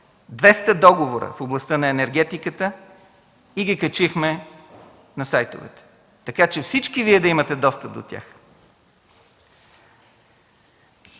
200 договора в областта на енергетиката и ги качихме на сайтовете, така че всички Вие да имате достъп до тях!